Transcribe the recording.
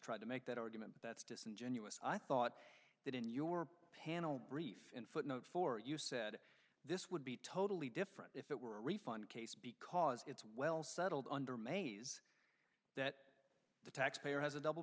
trying to make that argument that's disingenuous i thought that in your panel brief in footnote four you said this would be totally different if it were a refund case because it's well settled under maze that the taxpayer has a double